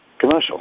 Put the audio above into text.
commercial